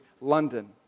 London